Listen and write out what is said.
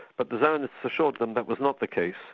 but the zionists assured them that was not the case,